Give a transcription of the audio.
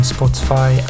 Spotify